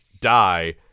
die